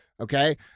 Okay